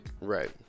Right